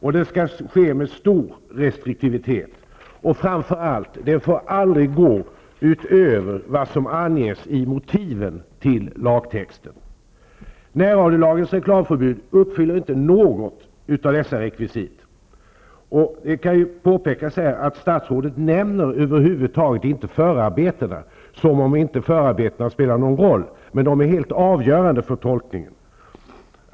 Detta skall tillämpas med stor restriktivitet, och inskränkningen får framför allt aldrig gå utöver vad som anges i motiven till lagtexten. Men radiolagens reklamförbud uppfyller inte något av dessa rekvisit. Det förtjänar att påpekas att statsrådet över huvud taget inte nämner någonting om förarbetena, som om förarbetena inte spelade någon roll, trots att de är helt avgörande för tolkningen.